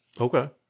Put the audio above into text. Okay